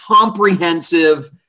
comprehensive